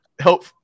help